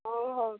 ହଉ ହଉ